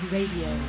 Radio